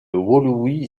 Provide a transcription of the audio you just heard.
woluwe